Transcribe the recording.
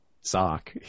sock